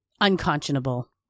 unconscionable